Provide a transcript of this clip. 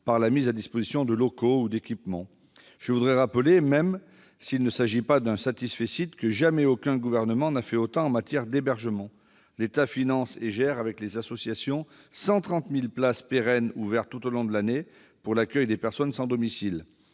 par la mise à disposition de locaux ou d'équipements. Je voudrais rappeler, même s'il ne s'agit pas d'un, que jamais aucun gouvernement n'a fait autant en matière d'hébergement. L'État finance et gère avec les associations 136 000 places pérennes ouvertes tout au long de l'année pour l'accueil des personnes sans domicile.